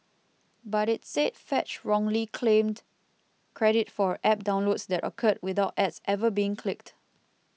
but it said Fetch wrongly claimed credit for App downloads that occurred without ads ever being clicked